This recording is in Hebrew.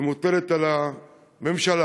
ומוטלת על הממשלה,